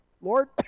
Lord